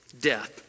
death